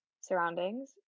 surroundings